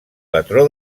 patró